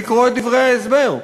לקרוא את דברי ההסבר,